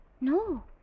no